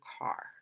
car